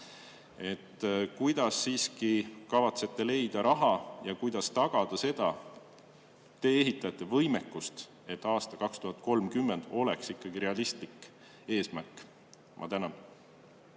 Kuidas te siiski kavatsete leida raha ja kuidas tagada see tee-ehitajate võimekus, et aasta 2030 oleks ikkagi realistlik eesmärk? Ma tänan!